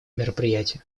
мероприятия